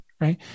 right